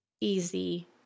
easy